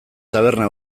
taberna